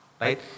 right